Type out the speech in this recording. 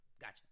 gotcha